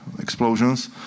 explosions